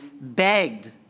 begged